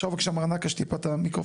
אם אפשר בבקשה מר נקש, טיפה את המיקרופון.